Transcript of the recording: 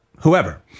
Whoever